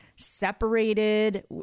separated